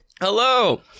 Hello